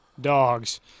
dogs